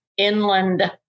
inland